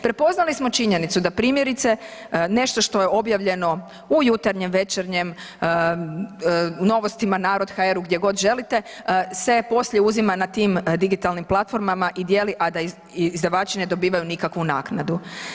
Prepoznali smo činjenicu da primjerice nešto što je objavljeno u Jutarnjem, Večernjem, Novostima, Narod.hr, gdje god želite se poslije uzima na tim digitalnim platformama i dijeli a da izdavači ne dobivaju nikakvu naknadu.